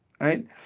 right